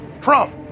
Trump